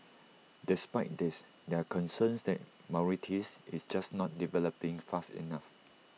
despite this there are concerns that Mauritius is just not developing fast enough